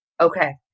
okay